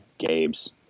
Gabe's